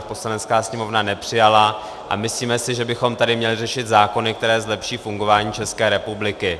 Poslanecká sněmovna nepřijala a myslíme si, že bychom tady měli řešit zákony, které zlepší fungování České republiky.